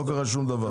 לא קרה שום דבר.